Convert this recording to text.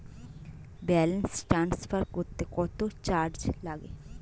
Balance transfer করতে কত charge লাগে?